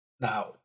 Now